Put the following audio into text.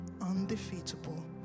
undefeatable